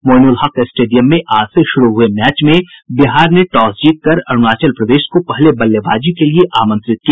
Moinul Haq stadium में आज से शुरू हए मैच में बिहार ने टॉस जीतकर अरूणाचल प्रदेश को पहले बल्लेबाजी के लिये आमंत्रित किया